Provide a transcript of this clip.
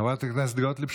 חברת הכנסת גוטליב,